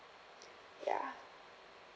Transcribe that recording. ya